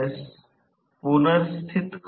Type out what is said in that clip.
याचा अर्थ असा की या बिंदूला पहा